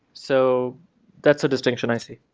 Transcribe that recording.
so that's a distinction i see.